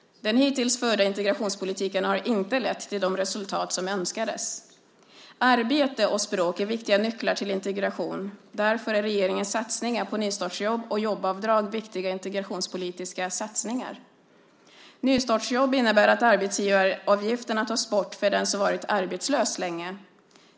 Den hittills förda integrationspolitiken har inte lett till de resultat som önskades. Arbete och språk är viktiga nycklar till integration. Därför är regeringens satsningar på nystartsjobb och jobbavdrag viktiga integrationspolitiska satsningar. Nystartsjobb innebär att arbetsgivaravgifterna tas bort för den som varit arbetslös länge.